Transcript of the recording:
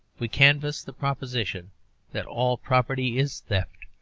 we canvass the proposition that all property is theft.